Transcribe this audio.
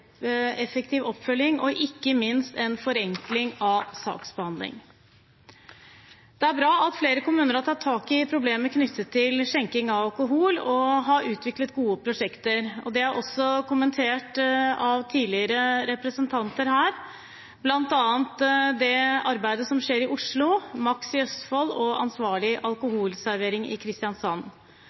effektiv oppfølging og ikke minst en forenkling av saksbehandling. Det er bra at flere kommuner har tatt tak i problemer knyttet til skjenking av alkohol, og har utviklet gode prosjekter. Det er også kommentert av representanter tidligere her, bl.a. det arbeidet som skjer i Oslo, Maks i Østfold og Ansvarlig alkoholservering i Kristiansand.